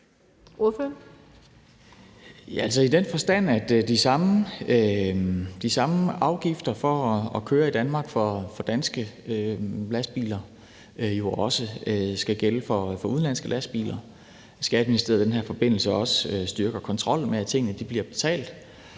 at der skal gælde de samme afgifter for at køre i Danmark for udenlandske lastbiler, som der gælder for danske lastbiler, at Skatteministeriet i den her forbindelse også styrker kontrollen med, at tingene bliver betalt,